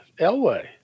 Elway